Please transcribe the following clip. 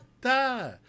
da